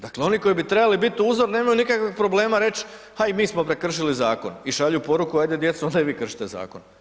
Dakle oni koji bi trebali biti uzor, nemaju nikakvih problema reći ha, i mi smo prekršili Zakon, i šalju poruku hajde djeco onda i vi kršite Zakon.